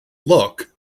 look